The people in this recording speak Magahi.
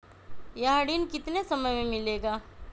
यह ऋण कितने समय मे मिलेगा?